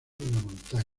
montaña